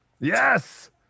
Yes